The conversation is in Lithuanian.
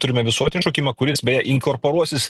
turime visuotinį šaukimą kuris beje inkorporuosis